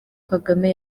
kagame